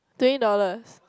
twenty dollars